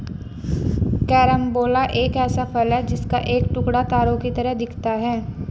carambola एक ऐसा फल है जिसका एक टुकड़ा तारों की तरह दिखता है